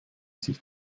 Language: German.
sich